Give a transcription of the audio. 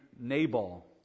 Nabal